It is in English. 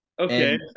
Okay